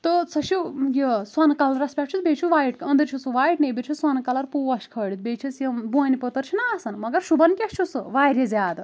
تہٕ سۄ چھِ یہِ سۄنہٕ کلرس پٮ۪ٹھ چھِ بییٚہِ چھِ وایٹ أنٛدرۍ چھُ سُہ وایٹ نیبٕرۍ چھِ سۄنہٕ کلر پوش کھٲلِتھ بییٚہِ چھِس یِم بونہِ پتٕر چھِنہ آسان مگر شُبان کیاہ چھُ سُہ واریاہ زیادٕ